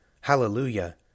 Hallelujah